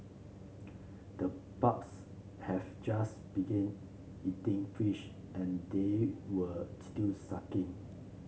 the pups have just began eating fish and they were still suckling